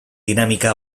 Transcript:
dinamika